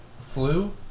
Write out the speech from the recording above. flu